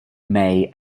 may